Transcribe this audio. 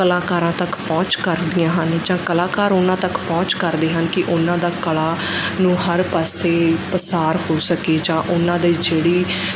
ਕਲਾਕਾਰਾਂ ਤੱਕ ਪਹੁੰਚ ਕਰਦੀਆਂ ਹਨ ਜਾਂ ਕਲਾਕਾਰ ਉਹਨਾਂ ਤੱਕ ਪਹੁੰਚ ਕਰਦੇ ਹਨ ਕਿ ਉਹਨਾਂ ਦਾ ਕਲਾ ਨੂੰ ਹਰ ਪਾਸੇ ਪਸਾਰ ਹੋ ਸਕੇ ਜਾਂ ਉਹਨਾਂ ਦੇ ਜਿਹੜੀ